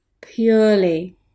purely